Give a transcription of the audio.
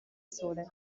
sole